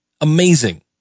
Amazing